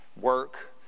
work